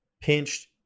pinched